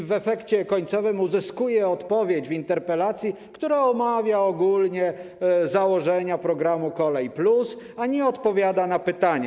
W efekcie końcowym uzyskuję odpowiedź na interpelację, w której omawia się ogólnie założenia programu „Kolej+”, a nie odpowiada na pytania.